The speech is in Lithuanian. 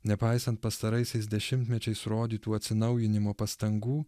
nepaisant pastaraisiais dešimtmečiais rodytų atsinaujinimo pastangų